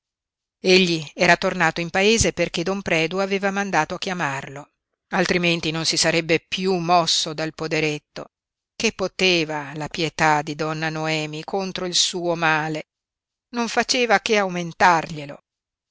egli era tornato in paese perché don predu aveva mandato a chiamarlo altrimenti non si sarebbe piú mosso dal poderetto che poteva la pietà di donna noemi contro il suo male non faceva che aumentarglielo